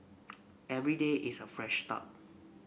every day is a fresh start